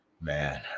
man